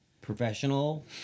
Professional